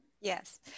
yes